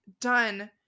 done